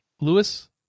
Lewis